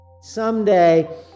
Someday